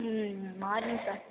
ம் morning sir